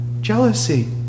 Jealousy